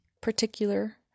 particular